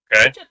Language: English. Okay